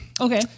Okay